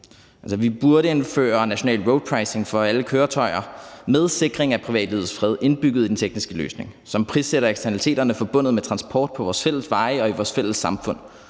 Vi burde indføre national roadpricing for alle køretøjer med sikring af privatlivets fred indbygget i den tekniske løsning, som prissætter eksternaliteterne forbundet med transport på vores fælles veje og i vores fælles samfund,